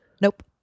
nope